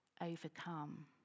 overcome